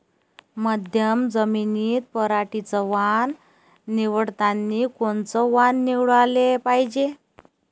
मध्यम जमीनीत पराटीचं वान निवडतानी कोनचं वान निवडाले पायजे?